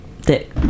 dick